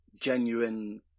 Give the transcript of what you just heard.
genuine